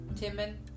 Timon